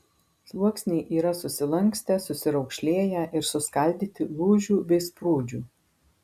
sluoksniai yra susilankstę susiraukšlėję ir suskaldyti lūžių bei sprūdžių